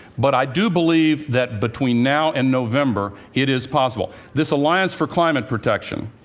but i do believe that between now and november, it is possible. this alliance for climate protection